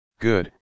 Good